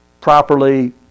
properly